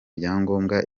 ibyangombwa